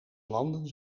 landen